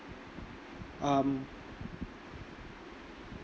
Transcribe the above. um